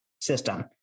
system